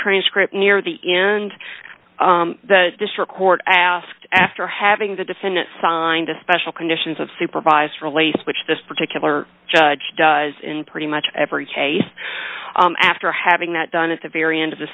transcript near the end the district court asked after having the defendant signed a special conditions of supervised release which this particular judge does in pretty much every case after having that done at the very end of the